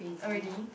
already